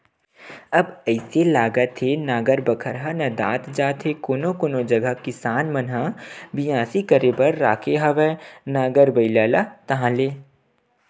अब अइसे लागथे नांगर बखर मन ह नंदात जात हे कोनो कोनो जगा किसान मन ह बियासी करे बर राखे हवय नांगर बइला ला ताहले